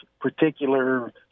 particular